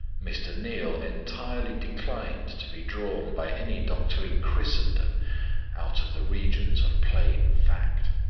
mr. neal entirely declined to be drawn by any doctor in christendom out of the regions of plain fact.